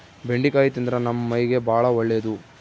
ಬೆಂಡಿಕಾಯಿ ತಿಂದ್ರ ನಮ್ಮ ಮೈಗೆ ಬಾಳ ಒಳ್ಳೆದು